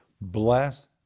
bless